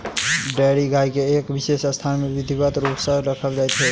dairy गाय के एक विशेष स्थान मे विधिवत रूप सॅ राखल जाइत छै